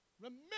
Remember